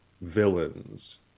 villains